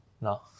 No